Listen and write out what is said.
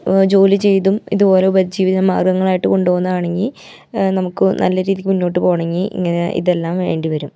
ജോലി ചെയ്തും ഇതുപോലെ ഉപജീവിത മാർഗ്ഗങ്ങളായിട്ട് കൊണ്ട് പോകുന്നതാണെങ്കിൽ നമുക്ക് നല്ല രീതിക്ക് മുന്നോട്ട് പോവണമെങ്കിൽ ഇങ്ങനെ ഇതെല്ലാം വേണ്ടി വരും